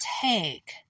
take